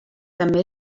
també